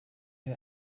der